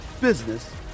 business